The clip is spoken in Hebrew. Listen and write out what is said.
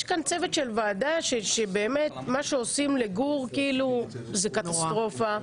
יש כאן צוות של ועדה ובאמת מה שעושים לגור - זאת קטסטרופה.